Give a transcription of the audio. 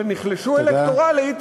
שנחלשו אלקטורלית,